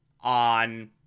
on